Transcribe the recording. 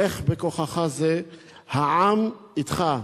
לך בכוחך זה, העם אתך.